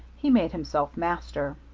he made himself master.